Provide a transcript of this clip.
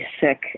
sick